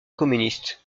communiste